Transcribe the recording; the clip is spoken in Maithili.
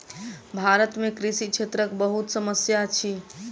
भारत में कृषि क्षेत्रक बहुत समस्या अछि